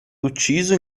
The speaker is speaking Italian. ucciso